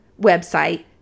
website